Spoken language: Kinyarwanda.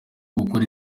gukora